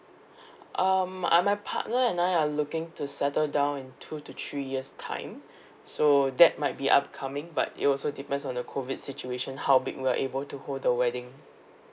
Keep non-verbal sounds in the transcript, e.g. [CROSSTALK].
[BREATH] um are my partner and I are looking to settle down in two to three years time [BREATH] so that might be upcoming but it also depends on the COVID situation how big we're able to hold the wedding